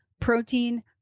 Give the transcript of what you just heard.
protein